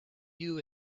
you